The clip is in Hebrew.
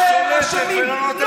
אתם אשמים.